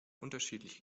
unterschiedliche